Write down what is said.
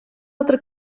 altra